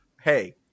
hey